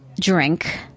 drink